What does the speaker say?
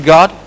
God